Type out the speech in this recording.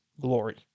glory